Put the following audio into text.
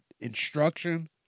instruction